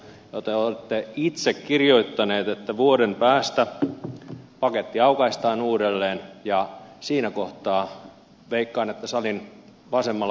te olette itse kirjoittaneet että vuoden päästä paketti aukaistaan uudelleen ja siinä kohtaa veikkaan että salin vasemmalla puolella hymy hyytyy